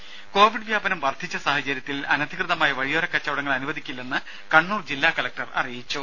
ദർദ covid വ്യാപനം വർധിച്ച സാഹചര്യത്തിൽ അനധികൃതമായ വഴിയോരക്കച്ചവടങ്ങൾ അനുവദിക്കില്ലെന്ന് കണ്ണൂർ ജില്ലാ കലക്ടർ അറിയിച്ചു